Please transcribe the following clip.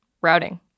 routing